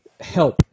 help